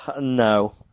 no